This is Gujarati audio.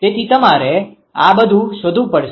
તેથી તમારે આ બધું શોધવું પડશે